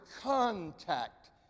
contact